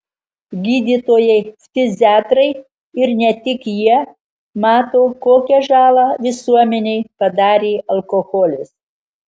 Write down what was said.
gydytojai ftiziatrai ir ne tik jie mato kokią žalą visuomenei padarė alkoholis